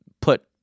put